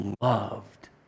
loved